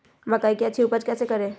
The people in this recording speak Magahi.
मकई की अच्छी उपज कैसे करे?